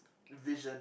vision